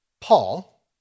Paul